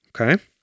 Okay